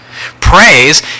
Praise